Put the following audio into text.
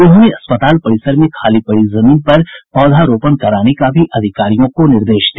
उन्होंने अस्पताल परिसर में खाली पड़ी जमीन पर पौधारोपण कराने का भी अधिकारियों को निर्देश दिया